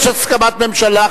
יש הסכמת ממשלה.